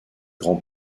grands